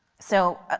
so, ah